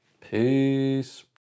Peace